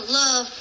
love